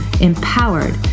empowered